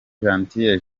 gentil